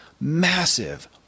massive